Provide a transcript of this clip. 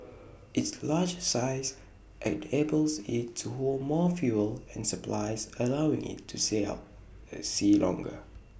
its larger size enables IT to hold more fuel and supplies allowing IT to stay out at sea longer